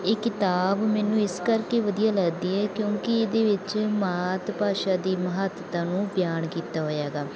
ਇਹ ਕਿਤਾਬ ਮੈਨੂੰ ਇਸ ਕਰਕੇ ਵਧੀਆ ਲੱਗਦੀ ਹੈ ਕਿਉਂਕਿ ਇਹਦੇ ਵਿੱਚ ਮਾਤ ਭਾਸ਼ਾ ਦੀ ਮਹੱਤਤਾ ਨੂੰ ਬਿਆਨ ਕੀਤਾ ਹੋਇਆ ਹੈਗਾ